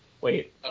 Wait